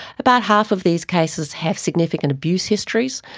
about half of these cases have significant abuse histories,